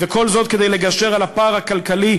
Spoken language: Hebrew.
וכל זאת כדי לגשר על הפער הכלכלי-חברתי,